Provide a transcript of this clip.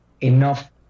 enough